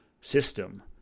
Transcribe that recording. system